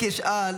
בעזרת השם.